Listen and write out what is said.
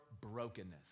brokenness